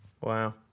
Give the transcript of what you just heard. Wow